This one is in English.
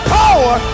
power